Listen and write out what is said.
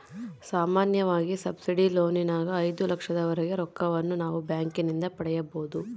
ಸಾಮಾನ್ಯವಾಗಿ ಸಬ್ಸಿಡಿ ಲೋನಿನಗ ಐದು ಲಕ್ಷದವರೆಗೆ ರೊಕ್ಕವನ್ನು ನಾವು ಬ್ಯಾಂಕಿನಿಂದ ಪಡೆಯಬೊದು